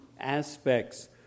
aspects